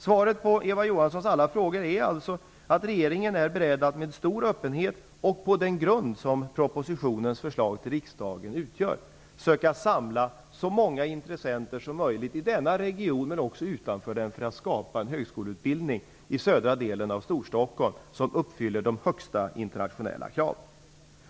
Svaret på Eva Johanssons alla frågor är alltså att regeringen är beredd att med stor öppenhet och på den grund som propositionens förslag till riksdagen utgör söka samla så många intressenter som möjligt, i denna region men också utanför den, för att i södra delen av Storstockholm skapa en högskoleutbildning som uppfyller de högst ställda internationella kraven.